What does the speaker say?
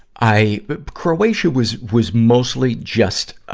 i croatia was, was mostly just, ah,